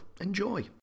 Enjoy